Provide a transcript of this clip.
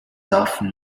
often